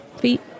feet